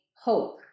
hope